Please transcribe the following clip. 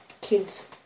Kids